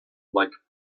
like